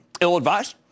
ill-advised